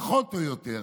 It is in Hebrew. פחות או יותר,